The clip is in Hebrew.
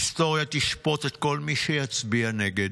ההיסטוריה תשפוט את כל מי שיצביע נגד.